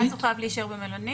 ואז הוא חייב להישאר במלונית,